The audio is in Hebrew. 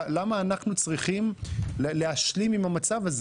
למה אנחנו צריכים להשלים עם המצב הזה?